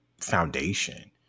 foundation